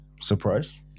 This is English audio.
Surprise